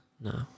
No